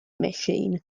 machine